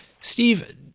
Steve